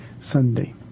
Sunday